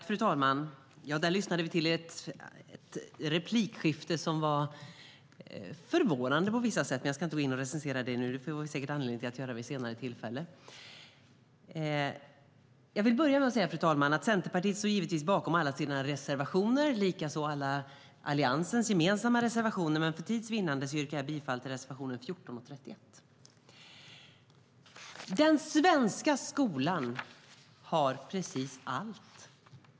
Fru talman! Där lyssnade vi till ett replikskifte som var förvånande på vissa sätt. Men jag ska inte recensera det nu - det får vi säkert anledning att göra vid ett senare tillfälle. Jag vill, fru talman, börja med att säga att Centerpartiet givetvis står bakom alla sina reservationer, liksom Alliansens gemensamma reservationer, men för tids vinnande yrkar jag bifall bara till reservationerna 14 och 31. Den svenska skolan har i princip allt.